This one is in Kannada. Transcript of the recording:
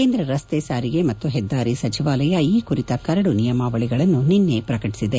ಕೇಂದ್ರ ರಸ್ತೆ ಸಾರಿಗೆ ಮತ್ತು ಹೆದ್ದಾರಿ ಸಚಿವಾಲಯ ಈ ಕುರಿತ ಕರಡು ನಿಯಮಾವಳಗಳನ್ನು ನಿನ್ನೆ ಪ್ರಕಟಿಸಿದೆ